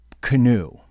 canoe